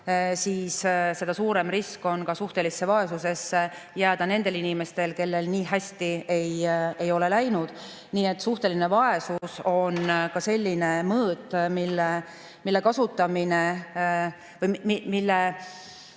siis seda suurem risk on ka suhtelisse vaesusesse jääda nendel inimestel, kellel nii hästi ei ole läinud. Nii et suhteline vaesus on selline mõõt, mille leevendamise